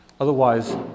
Otherwise